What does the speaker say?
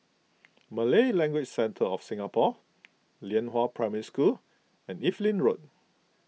Malay Language Centre of Singapore Lianhua Primary School and Evelyn Road